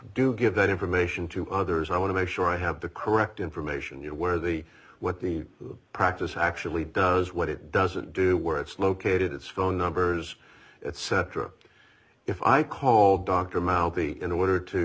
do give that information to others i want to make sure i have the correct information you know where the what the practice actually does what it doesn't do where it's located it's phone numbers etc if i call dr mouthy in order to